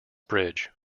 bridge